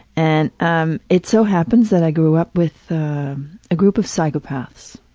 and um it so happens that i grew up with a group of psychopaths.